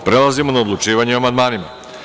Prelazimo na odlučivanje o amandmanima.